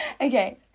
okay